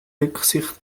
rücksicht